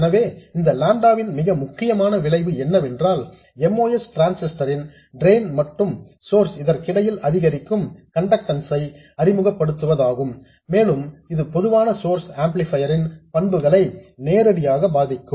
எனவே இந்த லாம்டா ன் மிக முக்கியமான விளைவு என்னவென்றால் MOS டிரான்சிஸ்டர் ன் டிரெயின் மற்றும் சோர்ஸ் இதற்கிடையில் அதிகரிக்கும் கண்டக்டன்ஸ் ஐ அறிமுகப்படுத்துவதாகும் மேலும் இது பொதுவான சோர்ஸ் ஆம்ப்ளிபையர் ன் பண்புகளை நேரடியாக பாதிக்கும்